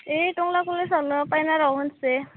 ए टंला कलेजावनो पाय'निराव होनोसै